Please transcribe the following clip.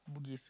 Bugis